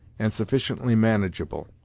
and sufficiently manageable.